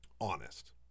honest